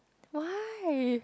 why